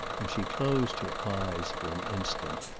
and she closed her eyes for an instant.